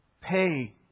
pay